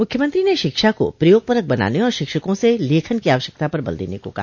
मुख्यमंत्री ने शिक्षा को प्रयोगपरक बनाने और शिक्षकों से लेखन की आवश्यकता पर बल देने को कहा